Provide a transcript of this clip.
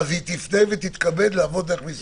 אז שהיא תתכבד ותפנה למשרד העבודה.